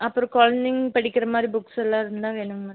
அப்புறம் குழந்தைங்க படிக்கிற மாதிரி புக்ஸ்ஸெல்லாம் இருந்தால் வேணுங்க மேடம்